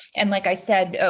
and, like i said,